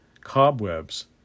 cobwebs